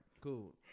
Cool